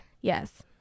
Yes